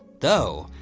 though,